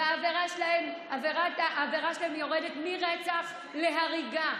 והעבירה שלהם יורדת מרצח להריגה.